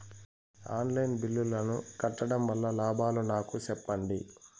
On line బిల్లుల ను కట్టడం వల్ల లాభాలు నాకు సెప్పండి?